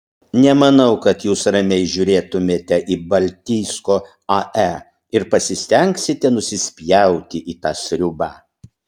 nemanau kad jūs ramiai žiūrėtumėte į baltijsko ae ir pasistengsite nusispjauti į tą sriubą